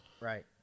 Right